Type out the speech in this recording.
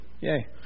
Yay